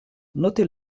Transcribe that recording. notez